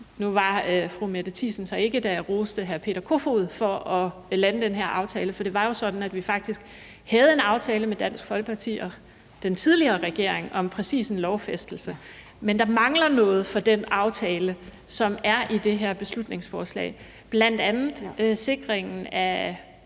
Nu var fru Mette Thiesen her så ikke, da jeg roste hr. Peter Kofod for at lande den her aftale, for det var jo sådan, at vi faktisk havde en aftale med Dansk Folkeparti og den tidligere regering om præcis en lovfæstelse. Men der mangler noget i den aftale, som er i det her beslutningsforslag, bl.a. sikringen af